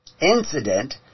incident